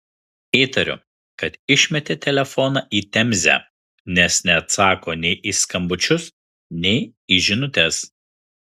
įtariu kad išmetė telefoną į temzę nes neatsako nei į skambučius nei į žinutes